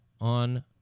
on